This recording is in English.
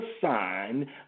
sign